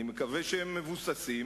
אני מקווה שהם מבוססים,